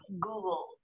Google